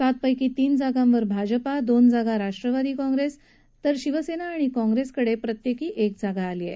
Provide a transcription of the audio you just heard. सातपैकी तीन जागांवर भाजप दोन जागा राष्ट्रवादी काँग्रेसला तर शिवसेना आणि काँग्रेसकडे प्रत्येकी एक जागा आली आहे